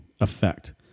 effect